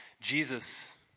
Jesus